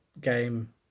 game